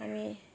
আমি